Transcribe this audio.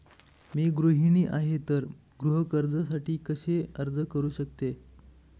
मी गृहिणी आहे तर गृह कर्जासाठी कसे अर्ज करू शकते?